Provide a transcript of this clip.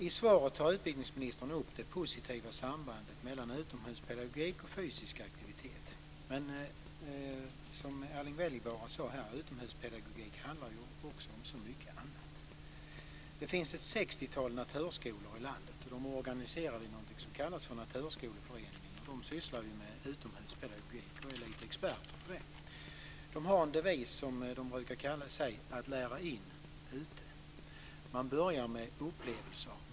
I svaret tar utbildningsministern upp det positiva sambandet mellan utomhuspedagogik och fysisk aktivitet. Men utomhuspedagogik handlar ju också om så mycket annat, som Erling Wälivaara sade. Det finns ett 60-tal naturskolor i landet. De är organiserade i någonting som kallas för Naturskoleföreningen. De sysslar med utomhuspedagogik och är lite experter på det. De har en devis som talar om att lära in ute. Man börjar med upplevelser.